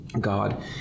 God